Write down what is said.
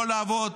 לא לעבוד